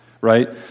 right